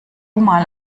mal